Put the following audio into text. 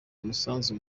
umusanzu